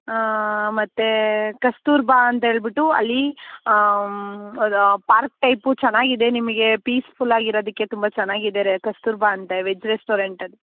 ಹಾಂ ಮತ್ತೆ ಕಸ್ತೂರ್ಬಾ ಅಂತ ಹೇಳಿಬಿಟ್ಟು ಅಲ್ಲಿ ಅದು ಪಾರ್ಕ್ ಟೈಪ್ ಚೆನ್ನಾಗಿದೆ ನಿಮಗೆ ಪೀಸ್ಫುಲ್ಲಾಗಿ ಇರೋದಿಕ್ಕೆ ತುಂಬ ಚೆನ್ನಾಗಿದೆ ರೆ ಕಸ್ತೂರ್ಬಾ ಅಂತ ವೆಜ್ ರೆಸ್ಟೋರೆಂಟ್ ಅದು